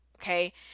Okay